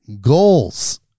Goals